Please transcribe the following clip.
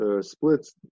splits